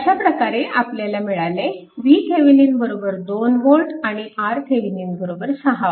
अशा प्रकारे आपल्याला मिळाले VThevenin 2V आणि RThevenin 6 Ω